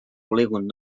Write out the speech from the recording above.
polígon